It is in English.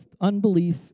unbelief